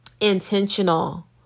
intentional